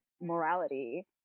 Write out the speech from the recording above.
morality